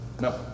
No